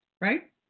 Right